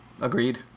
Agreed